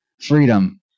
freedom